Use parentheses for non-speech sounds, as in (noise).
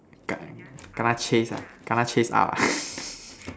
kena kena chase ah kena chase out (laughs)